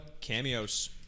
Cameos